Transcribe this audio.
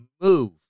move